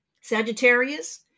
Sagittarius